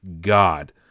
god